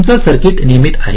तुमचे सर्किट नियमित आहे